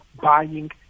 buying